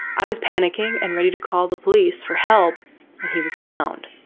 i was panicking and ready to call the police for help when he was found.